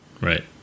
Right